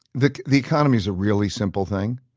the the economy is a really simple thing.